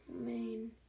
main